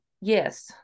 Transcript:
Yes